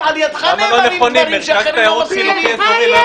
גם על ידך נאמרים דברים שאחרים לא מסכימים להם.